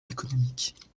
économique